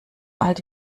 alt